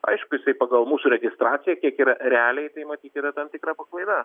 aišku jisai pagal mūsų registraciją kiek yra realiai tai matyt yra tam tikra paklaida